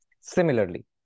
Similarly